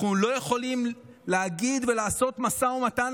אנחנו לא יכולים להגיד ולעשות משא ומתן